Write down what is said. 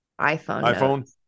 iPhone